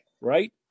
right